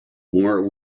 more